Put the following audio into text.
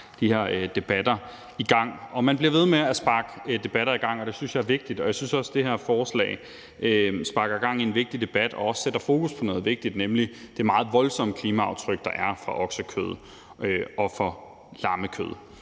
de her debatter i gang. Og man bliver ved med at sparke debatter i gang, og det synes jeg er vigtigt. Jeg synes også, det her forslag sparker gang i en vigtig debat og sætter fokus på noget vigtigt, nemlig det meget voldsomme klimaaftryk, der er fra oksekød og fra lammekød.